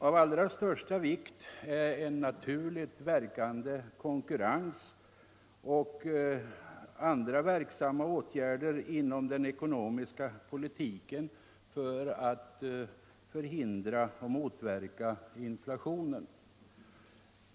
Av allra största vikt är en naturligt verkande konkurrens och verksamma åtgärder inom den ekonomiska politiken för att förhindra och motverka inflationen.